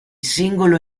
singolo